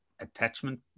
attachment